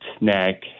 neck